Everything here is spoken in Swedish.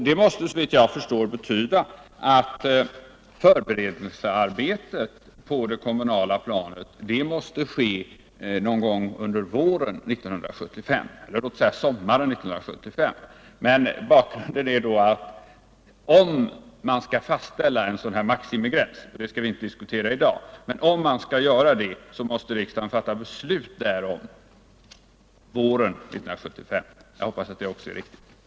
Det måste, såvitt jag förstår, betyda att det är nödvändigt att förberedelsearbetet på det kommunala planet sker någon gång under sommaren 1975. Bakgrunden är då att om man skall fastställa en sådan här maximigräns — detta skall vi inte diskutera i dag — så måste riskdagen fatta beslut därom våren 1975. Jag hoppas att detta också är riktigt uppfattat.